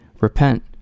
Repent